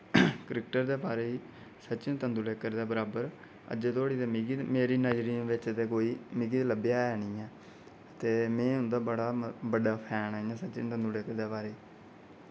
cricketer दे बारे सचिन तेंदुलेकर दे बराबर अजै धोड़ी ते मिकी मेरी नजरें बिच ते कोई मिकी ते लब्भेआ है नि ऐ ते में उं'दा बड़ा फैन आं इ'यां सचिन तेंदुलेकर दे बारे